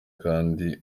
kandi